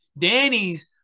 Danny's